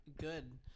good